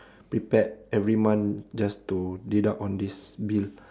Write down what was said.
prepared every month just to deduct on this bill